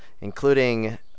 including